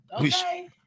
Okay